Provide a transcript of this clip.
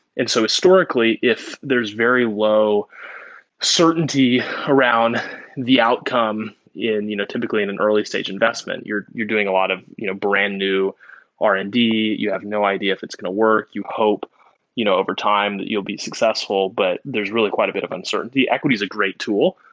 and so historically, if there's very low certainty around the outcome you know typically in an early stage investment, you're you're doing a lot of you know brand new r and d. you have no idea if it's going to work. you hope you know overtime that you'll be successful. but there's really quite a bit of uncertainty. equity is a great tool,